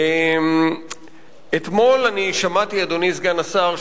אדוני סגן השר,